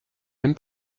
même